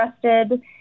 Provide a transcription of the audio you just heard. trusted